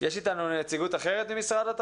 תקופה אחת כשהיו סגורים,